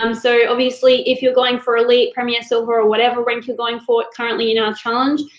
um so obviously, if you're going for elite, premier, silver, or whatever rank you're going for currently in our challenge,